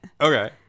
Okay